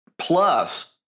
plus